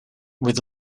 with